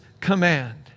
command